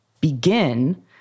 begin